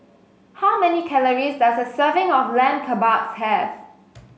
how many calories does a serving of Lamb Kebabs have